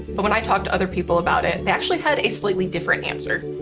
but when i talk to other people about it, they actually had a slightly different answer.